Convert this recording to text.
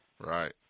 Right